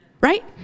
Right